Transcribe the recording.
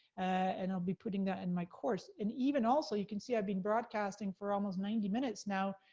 and i'll be putting that in my course. and even, also, you can see i've been broadcasting for almost ninety minutes now,